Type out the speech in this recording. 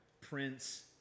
Prince